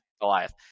Goliath